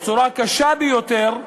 בצורה קשה ביותר,